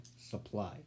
supply